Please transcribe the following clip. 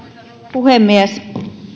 puhemies